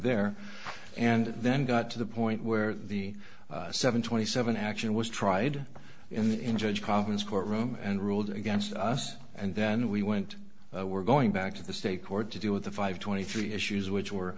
there and then got to the point where the seven twenty seven action was tried in the in judge commons courtroom and ruled against us and then we went we're going back to the state court to deal with the five twenty three issues which were